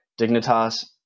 Dignitas